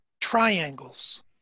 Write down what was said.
triangles